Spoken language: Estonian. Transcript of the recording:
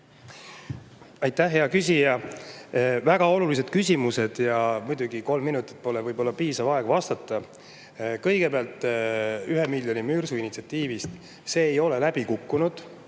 Aitäh, hea küsija! Väga olulised küsimused, ja muidugi kolm minutit pole võib-olla piisav aeg, et neile vastata. Kõigepealt 1 miljoni mürsu initsiatiivist. See ei ole läbi kukkunud.